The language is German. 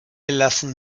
lassen